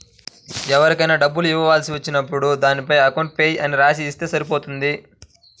ఎవరికైనా డబ్బులు ఇవ్వాల్సి వచ్చినప్పుడు దానిపైన అకౌంట్ పేయీ అని రాసి ఇస్తే సరిపోతుంది